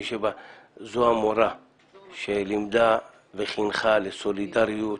זו המורה שלימדה וחינכה לסולידריות,